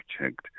checked